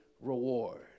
reward